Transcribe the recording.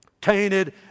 tainted